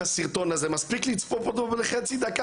בוודאי.